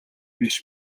биш